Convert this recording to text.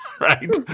Right